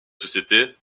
société